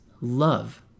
love